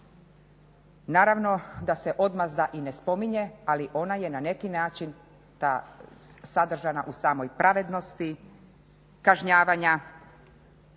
Naravno da se odmazda i ne spominje ali ona je na neki način, ta sadržana u samoj pravednosti kažnjavanja